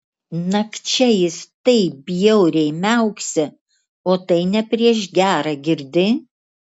nakčia jis taip bjauriai miauksi o tai ne prieš gera girdi